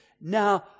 now